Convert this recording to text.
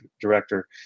director